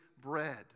bread